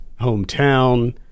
hometown